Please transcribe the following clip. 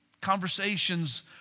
Conversations